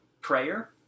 prayer